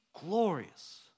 glorious